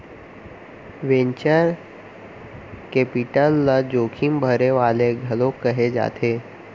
venture capital ल जोखिम भरे वाले घलोक कहे जाथे